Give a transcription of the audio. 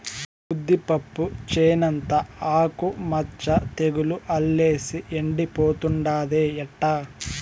ఉద్దిపప్పు చేనంతా ఆకు మచ్చ తెగులు అల్లేసి ఎండిపోతుండాదే ఎట్టా